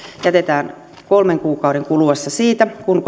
jätetään kolmen kuukauden kuluessa siitä kun